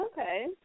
Okay